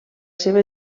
seva